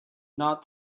not